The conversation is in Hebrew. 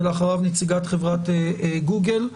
ואחריו נציגת חברת גוגל.